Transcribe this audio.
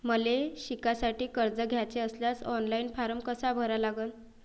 मले शिकासाठी कर्ज घ्याचे असल्यास ऑनलाईन फारम कसा भरा लागन?